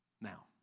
Now